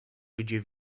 gdzie